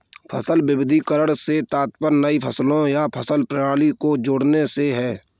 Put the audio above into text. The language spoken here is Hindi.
फसल विविधीकरण से तात्पर्य नई फसलों या फसल प्रणाली को जोड़ने से है